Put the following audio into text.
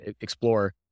explore